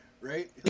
Right